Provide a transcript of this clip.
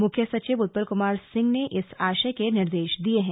मुख्य सचिव उत्पल कुमार सिंह ने इस आशय के निर्देश दिये हैं